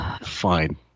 fine